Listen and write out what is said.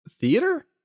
theater